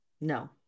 no